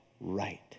right